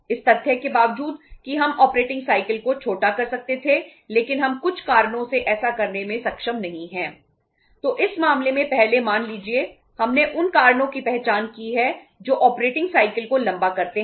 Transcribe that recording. इस तथ्य के बावजूद कि हम ऑपरेटिंग साइकिल को लंबा करते हैं